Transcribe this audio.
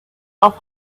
off